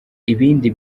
ibindi